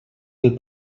del